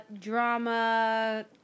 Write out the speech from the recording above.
drama